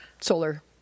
solar